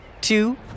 two